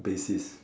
basis